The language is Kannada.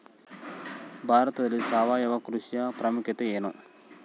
ಭಾರತದಲ್ಲಿ ಸಾವಯವ ಕೃಷಿಯ ಪ್ರಾಮುಖ್ಯತೆ ಎನು?